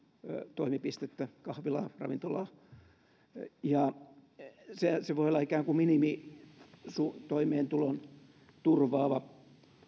toimipistettä kahvilaa ravintolaa ja se se voi olla ikään kuin minimitoimeentulon turvaava